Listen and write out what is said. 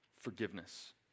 forgiveness